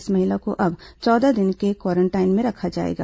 इस महिला को अब चौदह दिन के क्वारेंटाइन में रखा जाएगा